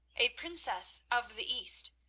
a princess of the east,